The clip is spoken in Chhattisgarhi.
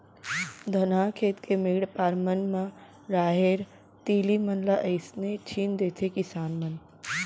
धनहा खेत के मेढ़ पार मन म राहेर, तिली मन ल अइसने छीन देथे किसान मन